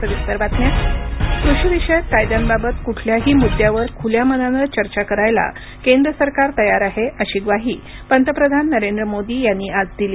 सर्वपक्षीय बैठक कृषी विषयक कायद्यांबाबत कुठल्याही मुद्द्यावर खुल्या मनानं चर्चा करायला केंद्र सरकार तयार आहे अशी ग्वाही पंतप्रधान नरेंद्र मोदी यांनी आज दिली